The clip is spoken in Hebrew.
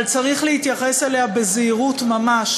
אבל צריך להתייחס אליה בזהירות, ממש